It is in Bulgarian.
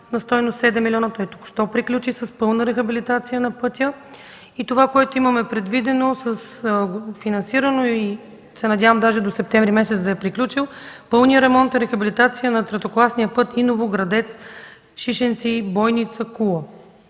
на стойност 7 милиона. Той току-що приключи с пълна рехабилитация на пътя. Това, което имаме предвидено с финансиране и се надявам даже до месец септември да е приключил, е пълният ремонт и рехабилитация на третокласния път Иново – Градец – Шишенци – Бойница – Кула.